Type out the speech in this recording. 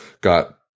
got